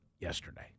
yesterday